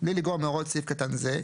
בלי לגרוע מהוראות סעיף קטן זה,